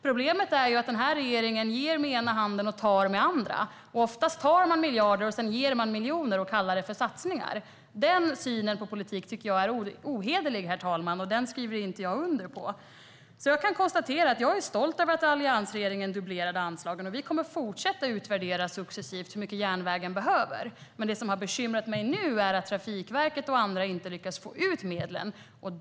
Problemet är att den här regeringen ger med den ena handen och tar med den andra. Oftast tar man miljarder och ger miljoner och kallar det för satsningar. Den synen på politik tycker jag är ohederlig, herr talman, och den skriver jag inte under på. Jag är stolt över att alliansregeringen dubblerade anslagen. Vi kommer att fortsätta att successivt utvärdera hur mycket järnvägen behöver. Det som bekymrar mig nu är att Trafikverket och andra inte lyckas få ut medlen.